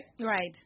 Right